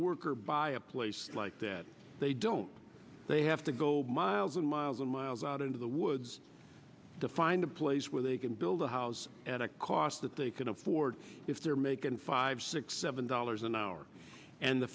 worker buy a place like that they don't they have to go miles and miles and miles out into the woods to find a place where they can build a house at a cost that they can afford if they're making five six seven dollars an hour and the